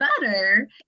better